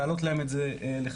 להעלות להן את זה ל-50%,